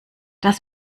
das